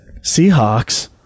Seahawks